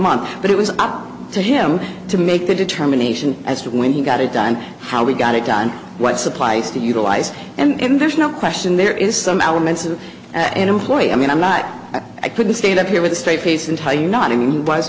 month but it was up to him to make the determination as to when he got it done how we got it done what supplies to utilize and there's no question there is some elements of an employee i mean i'm not i couldn't stand up here with a straight face and tell you not